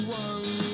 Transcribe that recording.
one